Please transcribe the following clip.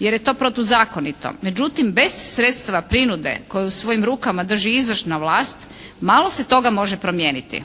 jer je to protuzakonito. Međutim, bez sredstava prinude koju u svojim rukama drži izvršna vlast malo se toga može promijeniti.